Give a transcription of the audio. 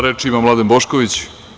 Reč ima Mladen Bošković.